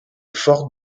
fort